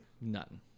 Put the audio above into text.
none